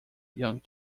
young